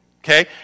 okay